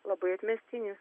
labai atmestinis